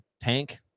tank